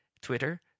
Twitter